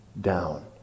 down